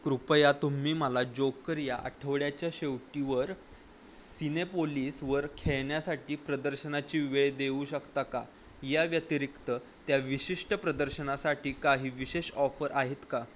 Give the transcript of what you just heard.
कृपया तुम्ही मला जोकर या आठवड्याच्या शेवटीवर सिनेपोलीसवर खेळण्यासाठी प्रदर्शनाची वेळ देऊ शकता का या व्यतिरिक्त त्या विशिष्ट प्रदर्शनासाठी काही विशेष ऑफर आहेत का